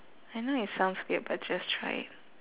I know it sounds weird but just try it